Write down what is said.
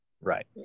right